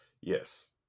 yes